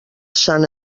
sant